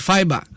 Fiber